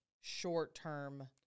short-term